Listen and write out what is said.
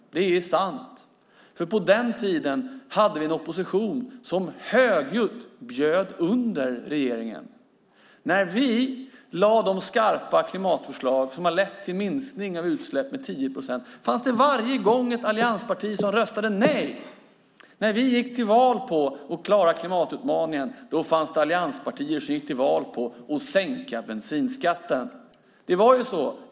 Det är sant. För på den tiden hade vi en opposition som högljutt bjöd under regeringen. När vi lade fram de skarpa klimatförslag som har lett till minskning av utsläpp med 10 procent fanns det varje gång ett alliansparti som röstade nej. När vi gick till val på att klara klimatutmaningen fanns det allianspartier som gick till val på att sänka bensinskatten. Så var det.